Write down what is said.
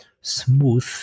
smooth